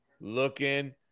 looking